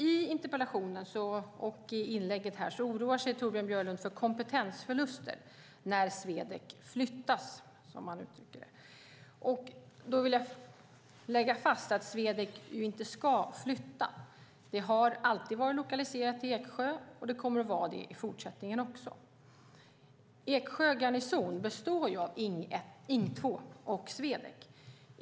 I interpellationen och i inlägget oroar sig Torbjörn Björlund för kompetensförluster när Swedec flyttas, som han uttrycker det. Jag vill slå fast att Swedec inte ska flytta. Det har alltid varit lokaliserat till Eksjö och kommer att vara det i fortsättningen också. Eksjö garnison består av Ing 2 och Swedec.